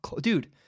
dude